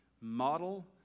model